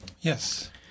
Yes